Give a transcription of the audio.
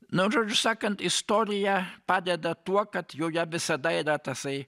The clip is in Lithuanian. nu žodžiu sakant istorija padeda tuo kad joje visada yra tasai